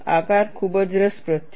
આકાર ખૂબ જ રસપ્રદ છે